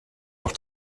auch